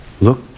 Look